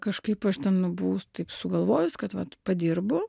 kažkaip aš ten nu buvau taip sugalvojus kad vat padirbu